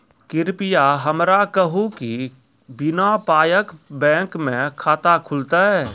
कृपया हमरा कहू कि बिना पायक बैंक मे खाता खुलतै?